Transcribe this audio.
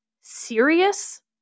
serious